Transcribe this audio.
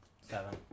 Seven